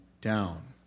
down